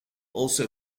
also